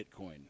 Bitcoin